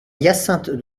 hyacinthe